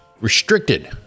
restricted